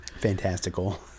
fantastical